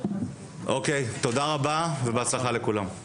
אוקיי, תודה רבה ובהצלחה לכולם.